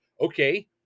okay